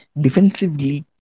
Defensively